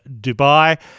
Dubai